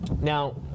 Now